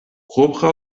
propra